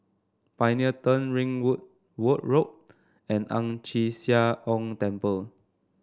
Pioneer Turn Ringwood Wood Road and Ang Chee Sia Ong Temple